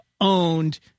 owned